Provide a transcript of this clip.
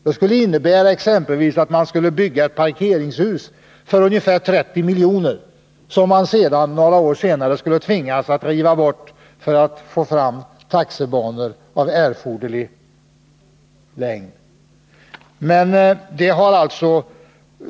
Det skulle exempelvis innebära att ett parkeringshus byggdes för ungefär 30 milj.kr., som man några år senare skulle tvingas riva för att få fram en ny taxibana.